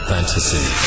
Fantasy